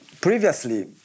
previously